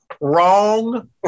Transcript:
wrong